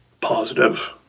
positive